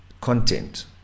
content